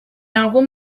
algun